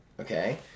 Okay